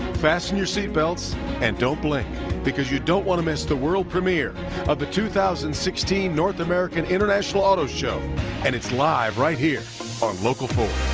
fasten your seatbelt and don't blink because you don't want to miss the world premiere of the two thousand and north american international auto show and it's live right here on local four.